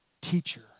Teacher